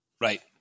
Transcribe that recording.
Right